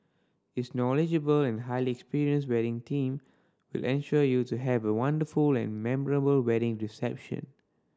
its knowledgeable and highly experienced wedding team will ensure you to have a wonderful and memorable wedding reception